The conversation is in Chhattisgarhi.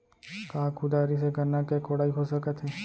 का कुदारी से गन्ना के कोड़ाई हो सकत हे?